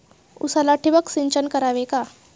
उसाला ठिबक सिंचन करावे का?